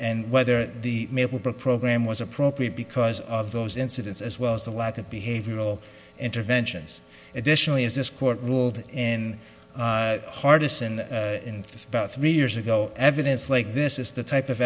and whether the program was appropriate because of those incidents as well as the lack of behavioral interventions additionally as this court ruled in hardison in about three years ago evidence like this is the type of